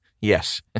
Yes